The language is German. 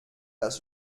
das